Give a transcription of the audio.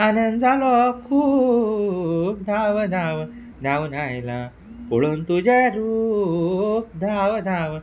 आनंद जालो खूब धांव धांव धांवून आयला पळोवन तुजें रूप धांव धांव